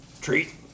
Treat